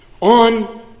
on